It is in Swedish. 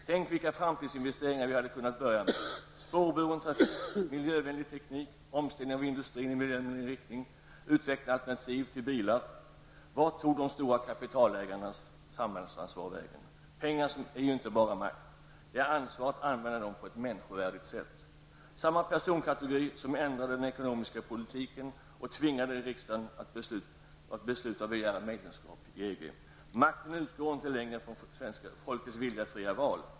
Tänk vilka framtidsinvesteringar vi hade kunnat börja med -- spårbunden trafik, miljövänlig teknik, omställning av industrin i miljövänlig riktning, utveckling av alternativ till bilar. Vart tog de stora kapitalägarnas samhällsansvar vägen? Pengar är inte bara makt. Det finns ett ansvar att använda pengarna på ett människovärdigt sätt. Det handlar om samma personkategori som ändrade den ekonomiska politiken och tvingade riksdagen att besluta om att begära medlemskap i EG. Makten utgår inte längre från svenska folkets vilja i fria val.